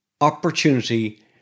Opportunity